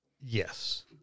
Yes